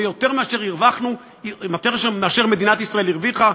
ויותר מאשר מדינת ישראל הרוויחה,